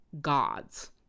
gods